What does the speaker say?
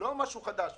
לא משהו חדש,